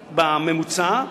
בממוצע,